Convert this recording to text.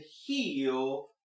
heal